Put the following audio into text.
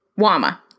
WAMA